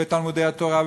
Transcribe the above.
בתלמודי-התורה,